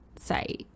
say